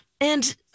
And-